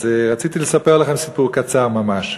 אז רציתי לספר לכם סיפור קצר ממש: